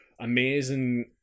amazing